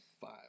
five